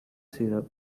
syrup